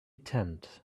tent